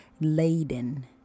laden